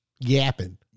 yapping